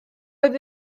oedd